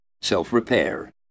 Self-repair